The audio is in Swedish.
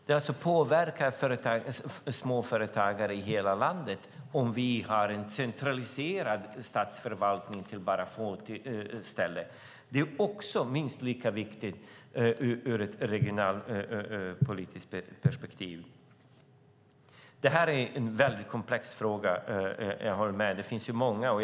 Det påverkar alltså småföretagare i hela landet om vi har en statsförvaltning som är centraliserad till bara få ställen. Det är också minst lika viktigt ur ett regionalpolitiskt perspektiv. Det här är en väldigt komplex fråga. Jag håller med om det. Det finns många exempel.